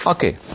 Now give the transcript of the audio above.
Okay